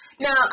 Now